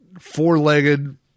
four-legged